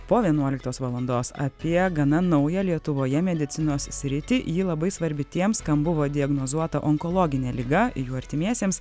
po vienuoliktos valandos apie gana naują lietuvoje medicinos sritį ji labai svarbi tiems kam buvo diagnozuota onkologinė liga jų artimiesiems